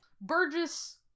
Burgess